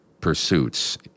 pursuits